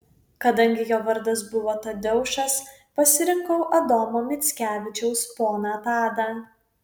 kadangi jo vardas buvo tadeušas pasirinkau adomo mickevičiaus poną tadą